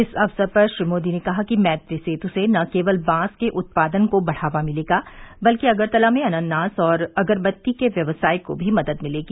इस अवसर पर श्री मोदी ने कहा कि मैत्री सेतु से न केवल बांस उत्पादन को बढ़ावा मिलेगा बल्कि अगरतला में अनानास और अगरबत्ती के व्यवसाय को भी मदद मिलेगी